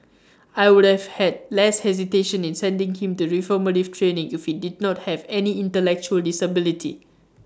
I would have had less hesitation in sending him to reformative training if he did not have any intellectual disability